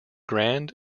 grand